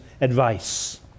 advice